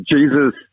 Jesus